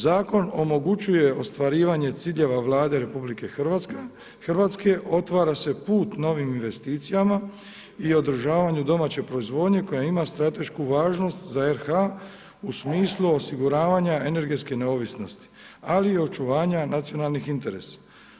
Zakon omogućuje ostvarivanje ciljeva Vlade RH, otvara se put novim investicijama i održavanju domaće proizvodnje koja ima stratešku važnost za RH u smislu osiguravanja energetske neovisnosti, ali i očuvanja nacionalnih interesa.